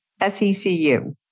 SECU